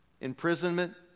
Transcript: imprisonment